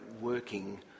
working